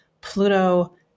Pluto